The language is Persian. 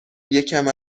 یکم